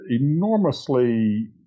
enormously